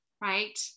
right